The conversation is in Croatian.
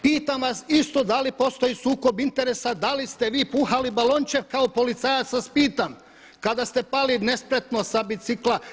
Pitam vas isto da li postoji sukob interesa, da li ste vi puhali balonče kao policajac vas pitam kada ste pali nespretno sa bicikla?